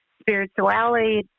Spirituality